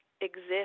exist